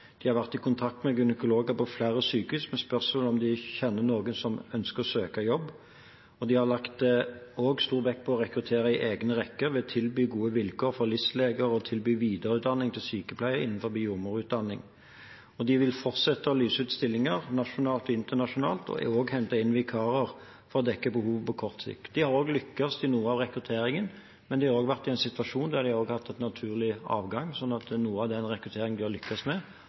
De har vært i kontakt med gynekologer på flere sykehus med spørsmål om de kjenner noen som ønsker å søke jobb. De har også lagt stor vekt på å rekruttere i egne rekker ved å tilby gode vilkår for LIS-leger og tilby videreutdanning til sykepleiere innenfor jordmorutdanning. De vil fortsette å lyse ut stillinger nasjonalt og internasjonalt, og det er også hentet inn vikarer for å dekke behovet på kort sikt. De har lyktes i noe av rekrutteringen, men de har også vært i en situasjon der de har hatt naturlig avgang, sånn at noe av den rekrutteringen de har lyktes med,